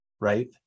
right